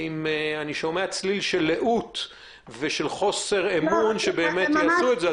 אני שומע צליל של לאות וחוסר אמון שיעשו את זה.